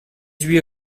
huit